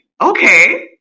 okay